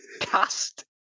cast